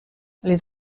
les